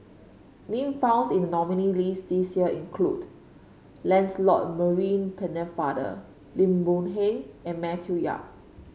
name founds in the nominees' list this year include Lancelot Maurice Pennefather Lim Boon Heng and Matthew Yap